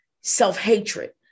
self-hatred